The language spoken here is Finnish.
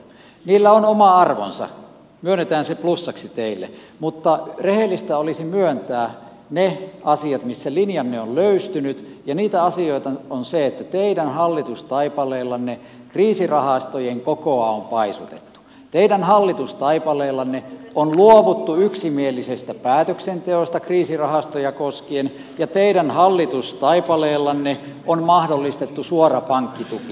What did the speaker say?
niillä on oma arvonsa myönnetään se plussaksi teille mutta rehellistä olisi myöntää ne asiat missä linjanne on löystynyt ja niitä asioita on se että teidän hallitustaipaleellanne kriisirahastojen kokoa on paisutettu teidän hallitustaipaleellanne on luovuttu yksimielisestä päätöksenteosta kriisirahastoja koskien ja teidän hallitustaipaleellanne on mahdollistettu suora pankkituki